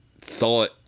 thought